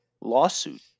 lawsuit